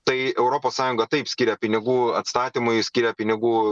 tai europos sąjunga taip skiria pinigų atstatymui skiria pinigų